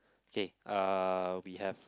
okay uh we have